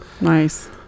nice